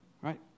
Right